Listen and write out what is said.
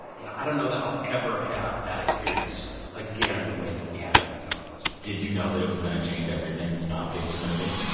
you know, i don't know that i'll ever have that experience again the way that we had it on the office. did you know that it was going to change everything? did you know how big it was going to be?